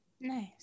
Nice